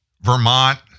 Vermont